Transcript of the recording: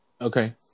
Okay